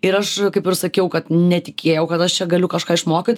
ir aš kaip ir sakiau kad netikėjau kad aš čia galiu kažką išmokyt